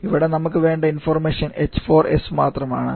ഇവിടെ നമുക്ക് വേണ്ട ഇൻഫർമേഷൻ h4s മാത്രമാണ്